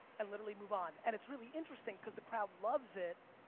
and literally move on. and it's really interesting because the crowd loves it